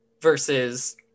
Versus